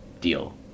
Deal